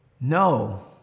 No